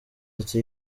ati